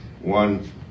One